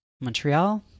Montreal